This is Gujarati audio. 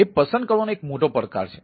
એ પસંદ કરવાનો એક મોટો પડકાર છે